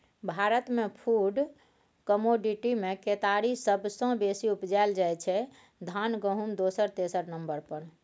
भारतमे फुड कमोडिटीमे केतारी सबसँ बेसी उपजाएल जाइ छै धान गहुँम दोसर तेसर नंबर पर